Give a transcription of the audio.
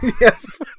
Yes